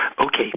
Okay